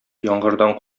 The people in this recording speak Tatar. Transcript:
яңгырдан